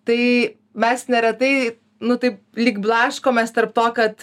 tai mes neretai nu taip lyg blaškomės tarp to kad